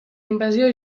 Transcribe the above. invasió